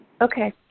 Okay